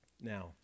Now